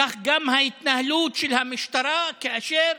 כך גם ההתנהלות של המשטרה כאשר